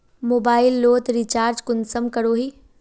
Mobile लोत recharge कुंसम करोही?